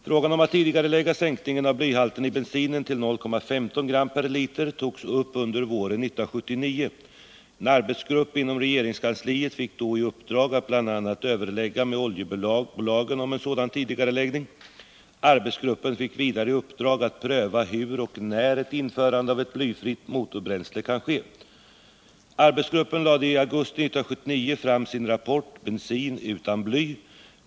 Frågan om att tidigarelägga bestämmelsen om sänkning av blyhalten i bensin till 0,15 g per liter togs upp under våren 1979. En arbetsgrupp inom regeringskansliet fick då i uppdrag att bl.a. överlägga med oljebolagen om en sådan tidigareläggning. Arbetsgruppen fick vidare i uppdrag att pröva hur och när ett införande av ett blyfritt motorbränsle kan ske. Arbetsgruppen lade i augusti 1979 fram sin rapport Bensin utan bly.